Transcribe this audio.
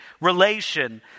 relation